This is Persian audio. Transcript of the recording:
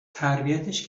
تربیتش